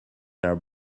are